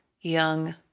Young